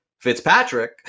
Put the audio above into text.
Fitzpatrick